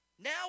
Now